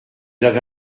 avez